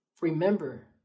remember